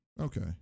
Okay